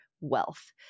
wealth